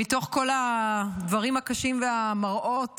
הדברים הקשים והמראות